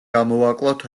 გამოვაკლოთ